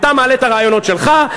אתה מעלה את הרעיונות שלך,